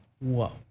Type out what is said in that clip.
Whoa